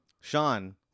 Sean